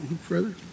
Further